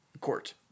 Court